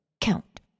Count